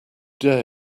dare